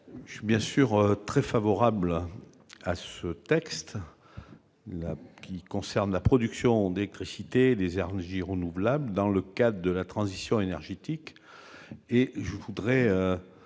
bien sûr très largement ce texte, qui concerne la production d'électricité et les énergies renouvelables dans le cadre de la transition énergétique. Ce projet